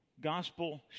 gospel